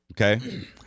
Okay